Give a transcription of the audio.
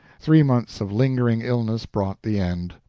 three months of lingering illness brought the end.